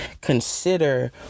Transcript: consider